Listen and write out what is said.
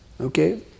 okay